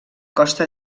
costa